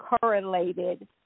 correlated